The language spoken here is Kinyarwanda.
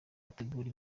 bategura